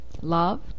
love